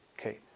Okay